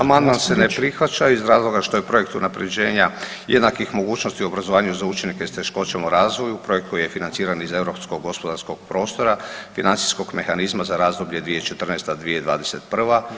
Amandman se ne prihvaća iz razloga što je projekt unapređenja jednakih mogućnosti u obrazovanju za učenike s teškoćama u razvoju, projekt koji je financiran iz Europskog gospodarskog prostora, financijskog mehanizma za razdoblje 2014.-2021.